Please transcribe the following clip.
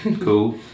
cool